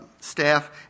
staff